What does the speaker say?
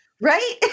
Right